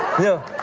yeah.